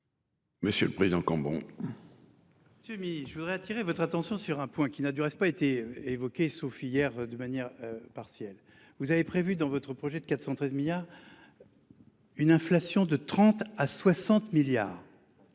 Monsieur le président Cambon,